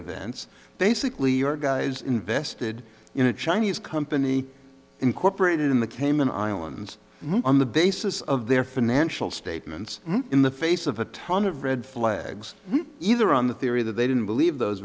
events basically your guys invested in a chinese company incorporated in the cayman islands on the basis of their financial statements in the face of a ton of red flags either on the theory that they didn't believe those